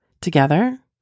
together